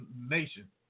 nation